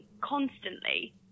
constantly